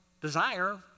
desire